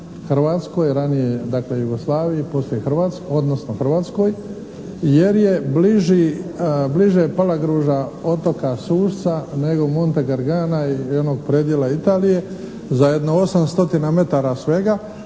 Hrvatskoj, odnosno Hrvatskoj jer je bliže Palagruža otoka Sušca nego Montergana i jednog predjela Italije za jedno 800 metara svega,